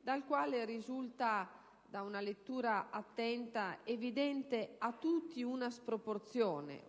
dal quale risulta, da una lettura attenta, evidente a tutti una sproporzione